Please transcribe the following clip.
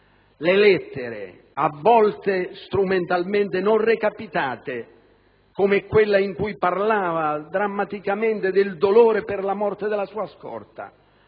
le lettere, a volte strumentalmente non recapitate, come quella in cui parlava drammaticamente del dolore per la morte della sua scorta.